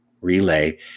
relay